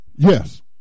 Yes